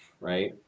right